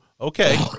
Okay